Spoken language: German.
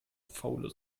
faule